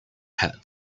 had